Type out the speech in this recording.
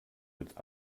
mit